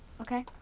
okay.